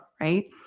right